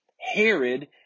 Herod